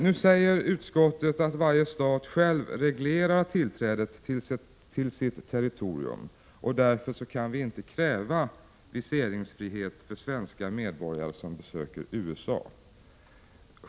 Nu säger utskottet att varje stat själv reglerar tillträdet till sitt territorium och att vi därför inte kan kräva viseringsfrihet för svenska medborgare som besöker USA.